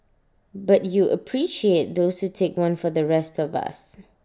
but you appreciate those who take one for the rest of us